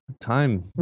time